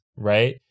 Right